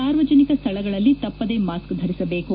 ಸಾರ್ವಜನಿಕ ಸ್ಥಳಗಳಲ್ಲಿ ತಪ್ಪದೇ ಮಾಸ್ಕ್ ಧರಿಸಬೇಕು